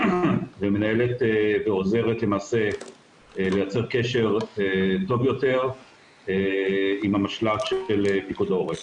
ומנהלת ועוזרת למעשה לייצר קשר טוב יותר עם המשלט של פיקוד העורף.